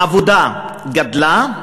העבודה גדלה,